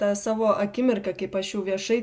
tą savo akimirką kaip aš jau viešai